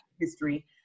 history